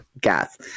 gas